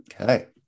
Okay